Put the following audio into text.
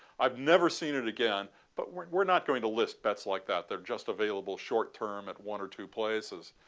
i've never seen it again but we're we're not going to list bets like that that're just available short term one or two places.